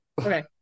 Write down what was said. Okay